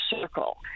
circle